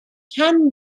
can